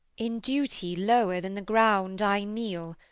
in duty lower than the ground i kneel,